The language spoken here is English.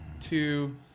two